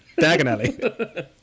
Diagonally